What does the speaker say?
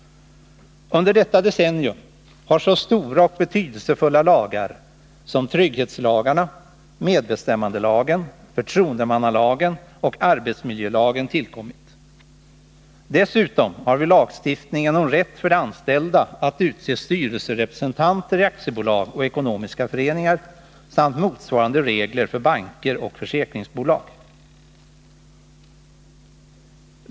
Under detta decennium har så stora och betydelsefulla lagar som trygghetslagarna, medbestämmandelagen, förtroendemannalagen och arbetsmiljölagen tillkommit. Dessutom har vi lagstiftningen om rätt för de anställda att utse styrelserepresentanter i aktiebolag och ekonomiska föreningar samt motsvarande regler för banker och försäkringsbolag.